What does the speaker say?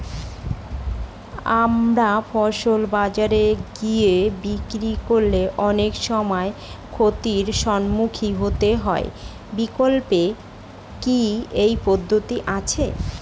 আমার ফসল বাজারে গিয়ে বিক্রি করলে অনেক সময় ক্ষতির সম্মুখীন হতে হয় বিকল্প কি পদ্ধতি আছে?